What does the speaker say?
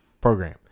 program